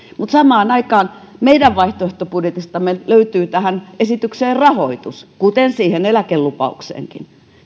mutta samaan aikaan meidän vaihtoehtobudjetistamme löytyy tähän esitykseen rahoitus kuten siihen eläkelupaukseenkin